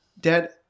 Dad